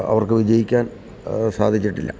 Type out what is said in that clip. അവർക്കു വിജയിക്കാൻ സാധിച്ചിട്ടില്ല